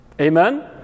Amen